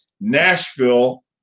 Nashville